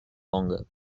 longer